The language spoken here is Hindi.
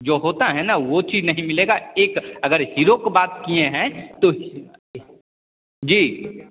जो होता है ना वो चीज नहीं मिलेगा एक अगर हीरो काे बात किए हैं तो जी